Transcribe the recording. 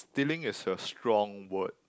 stealing is a strong word